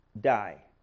die